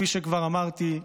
כפי שכבר אמרתי,